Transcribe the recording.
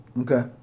okay